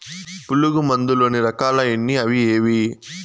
పులుగు మందు లోని రకాల ఎన్ని అవి ఏవి?